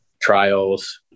trials